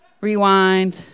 rewind